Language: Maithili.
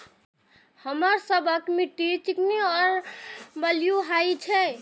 हमर सबक मिट्टी चिकनी और बलुयाही छी?